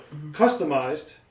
customized